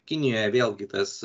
kinijoje vėlgi tas